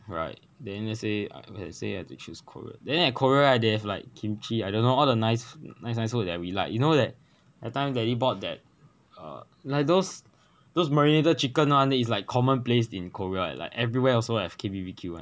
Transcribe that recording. alright then let's say let's say I had to choose korea then at korea right they have like kimchi I don't know all the nice nice nice food that we like you know that that time that daddy bought that uh like those those marinated chicken one that is like common place in korea like everywhere also have K_B_B_Q one